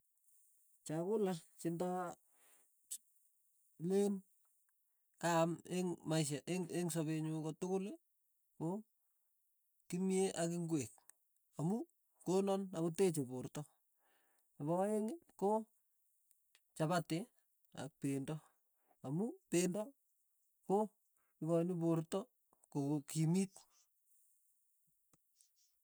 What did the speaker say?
Chakula chita leen kaam eng' maisha eng' eng' sapee nyu kotukul ko kimyee ak ingweek, amu konan akoteche porto, nepo aeng' ko chapati ak pendo, amu pendo ko ikochini porto ko- ko kimit.